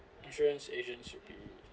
insurance agent should be